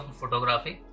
photography